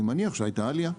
אני מניח שהייתה עלייה.